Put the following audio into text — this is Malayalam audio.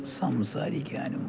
സംസാരിക്കാനും